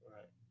Right